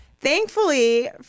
Thankfully